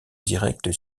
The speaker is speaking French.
direct